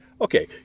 Okay